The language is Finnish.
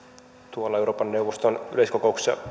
tuolla euroopan neuvoston parlamentaarisessa yleiskokouksessa